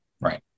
Right